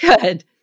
Good